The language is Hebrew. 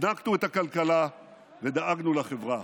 הזנקנו את הכלכלה ודאגנו לחברה.